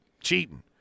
cheating